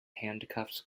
handcuffs